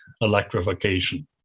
electrification